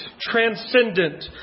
transcendent